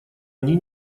они